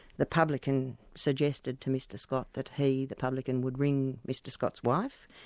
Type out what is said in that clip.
the publican suggested to mr scott that he, the publican, would ring mr scott's wife.